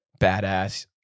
badass